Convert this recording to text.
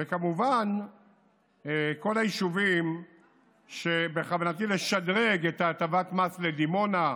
וכמובן כל היישובים שבכוונתי לשדרג את הטבת מס: דימונה,